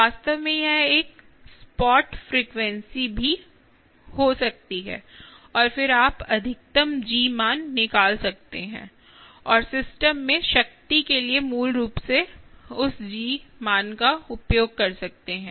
वास्तव में यह एक स्पॉट फ्रीक्वेंसी भी हो सकती है और फिर आप अधिकतम G मान निकाल सकते हैं और सिस्टम में शक्ति के लिए मूल रूप से उस G मान का उपयोग कर सकते हैं